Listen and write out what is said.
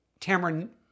Tamron